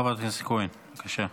חברת הכנסת כהן, בבקשה.